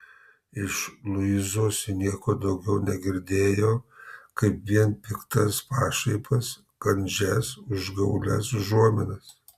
iš luizos ji nieko daugiau negirdėjo kaip vien piktas pašaipas kandžias užgaulias užuominas